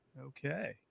Okay